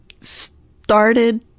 started